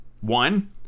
one